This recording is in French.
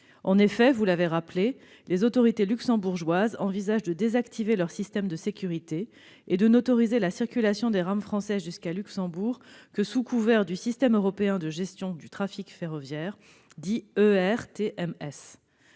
En effet, vous l'avez rappelé, les autorités luxembourgeoises envisagent de désactiver leur système de sécurité et de n'autoriser la circulation des rames françaises jusqu'à Luxembourg que sous couvert du système européen de gestion du trafic ferroviaire, dit ERTMS.